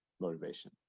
motivation